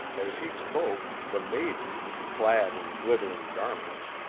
as he spoke, the maiden, clad in glittering garments,